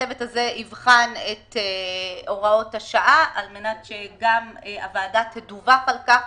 הצוות האמור יבחן את הוראות השעה על מנת שגם הוועדה תדווח על כך